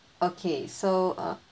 okay so uh